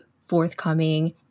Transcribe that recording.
forthcoming